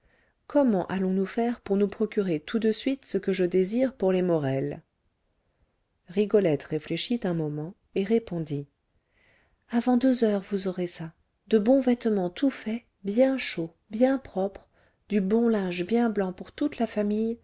comment allons-nous faire pour nous procurer tout de suite ce que je désire pour les morel rigolette réfléchit un moment et répondit avant deux heures vous aurez ça de bons vêtements tout faits bien chauds bien propres du bon linge bien blanc pour toute la famille